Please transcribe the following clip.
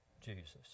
Jesus